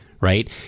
right